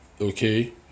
Okay